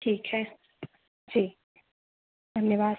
ठीक है ठीक धन्यवाद